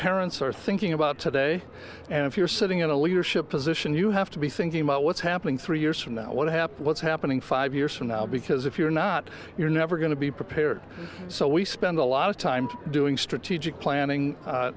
parents are thinking about today and if you're sitting in a leadership position you have to be thinking about what's happening three years from now what happed what's happening five years from now because if you're not you're never going to be prepared so we spend a lot of time doing strategic planning